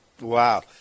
Wow